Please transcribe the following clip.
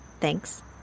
Thanks